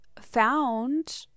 found